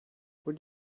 would